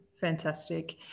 Fantastic